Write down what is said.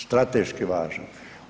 Strateški važan.